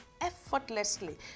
effortlessly